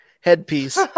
headpiece